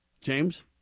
James